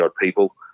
people